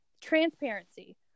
Transparency